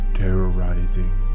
terrorizing